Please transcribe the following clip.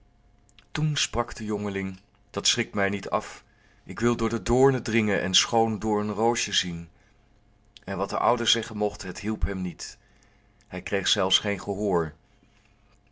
toen sprak de jongeling dat schrikt mij niet af ik wil door de doornen dringen en schoon doornenroosje zien en wat de oude zeggen mocht het hielp hem niet hij kreeg zelfs geen gehoor